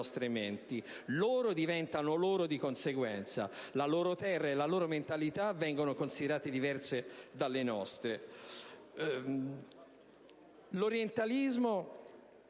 nostre menti: loro diventano loro di conseguenza; la loro terra e la loro mentalità vengono considerate diverse dalle nostre.